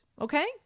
okay